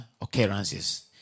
occurrences